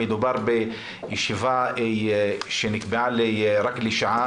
מדובר בישיבה שנקבעה רק לשעה,